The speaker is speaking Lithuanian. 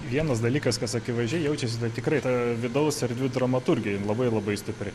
vienas dalykas kas akivaizdžiai jaučiasi tikrai ta vidaus erdvių dramaturgija jin labai labai stipri